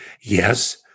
yes